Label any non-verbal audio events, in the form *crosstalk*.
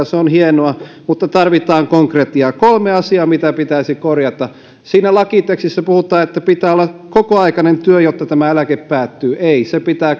*unintelligible* se on hienoa mutta tarvitaan konkretiaa kolme asiaa mitä pitäisi korjata siinä lakitekstissä puhutaan että pitää olla kokoaikainen työ jotta tämä eläke päättyy ei se pitää *unintelligible*